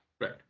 Right